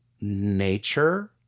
nature